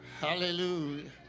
Hallelujah